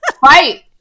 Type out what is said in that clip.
fight